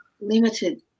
limited